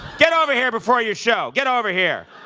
get over here before your show, get over here!